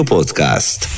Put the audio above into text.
Podcast